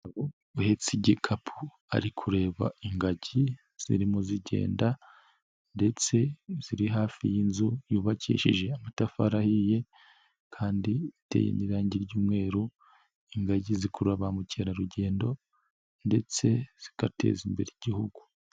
Uhetse igikapu, ari kureba ingagi zirimo zigenda ndetse ziri hafi y'inzu yubakishije amatafari ahiye kandi iteye n'irangi ry'umweru, ingagi zikurura ba mukerarugendo ndetse zigateza imbere igihugu.